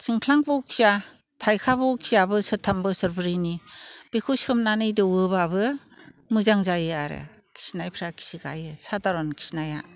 थिंख्लां बखिया थाइखा बखिया बोसोरथाम बोसोरब्रैनि बेखौ सोमनानै दौवोब्लाबो मोजां जायो आरो खिनायफ्रा खिगायो सादारन खिनाया